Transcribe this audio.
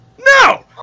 No